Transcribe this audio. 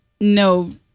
no